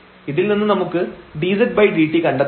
ഇതിൽനിന്ന് നമുക്ക് dzdt കണ്ടെത്താം